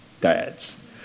dads